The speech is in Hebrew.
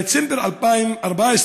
בדצמבר 2014,